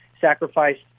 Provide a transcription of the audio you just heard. sacrificed